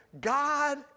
God